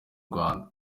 rwanda